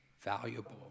valuable